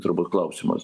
turbūt klausimas